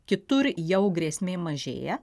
kitur jau grėsmė mažėja